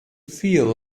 feel